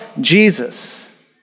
Jesus